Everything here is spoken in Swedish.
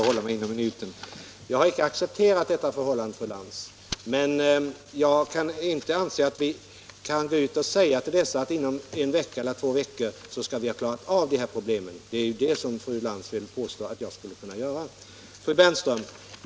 Herr talman! Jag har icke accepterat det förhållande som fru Lantz påtalar, men jag anser inte att vi kan gå ut och säga till föräldrarna att inom en vecka eller två skall vi ha klarat av problemen. Det är ju det som fru Lantz påstår att jag skulle kunna göra. Fru Bernström!